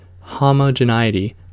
homogeneity